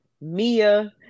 Mia